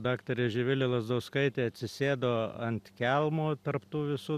daktarė živilė lazauskaitė atsisėdo ant kelmo tarp tų visų